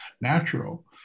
natural